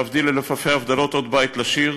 להבדיל אלף אלפי הבדלות, עוד בית לשיר,